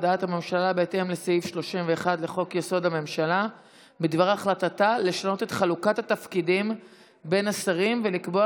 הודעת הממשלה בדבר החלטתה לשנות את חלוקת התפקידים בין השרים ולקבוע